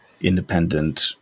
independent